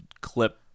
clip